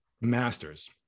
masters